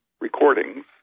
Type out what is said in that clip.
recordings